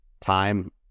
time